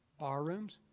bar rooms?